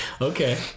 Okay